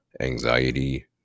anxiety